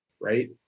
Right